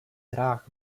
hrách